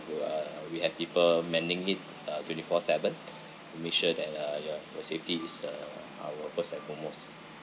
to uh we have people meddling it uh twenty four seven to make sure that uh you are your safety is uh our first and foremost